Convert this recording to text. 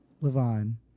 Levine